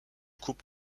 coupe